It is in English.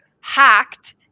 hacked